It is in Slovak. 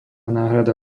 náhrada